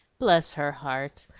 bless her heart!